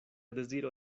deziro